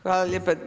Hvala lijepa.